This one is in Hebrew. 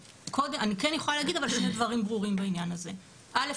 אני כן יכולה להגיד אבל שני דברים ברורים בעניין הזה: א',